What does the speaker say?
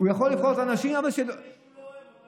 יכול לבחור, ואז מי שהוא לא אוהב,